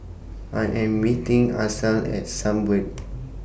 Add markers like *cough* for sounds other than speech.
I Am meeting Axel At Sunbird *noise*